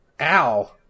Ow